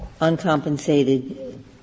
uncompensated